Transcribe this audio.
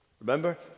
Remember